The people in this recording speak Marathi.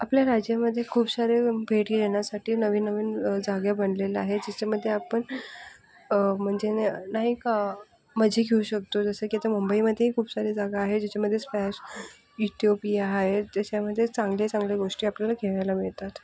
आपल्या राज्यामध्ये खूप सारे भेट घेण्यासाठी नवीन नवीन जागा बनलेलं आहे ज्याच्यामध्ये आपण म्हणजे ना नाही का मजे घेऊ शकतो जसे की आता मुंबईमध्येही खूप सारे जागा आहेत ज्याच्यामध्ये स्पॅश ईटोपिया आहे त्याच्यामध्ये चांगले चांगले गोष्टी आपल्याला खेळायला मिळतात